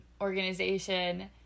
organization